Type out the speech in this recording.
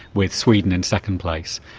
with sweden in second place.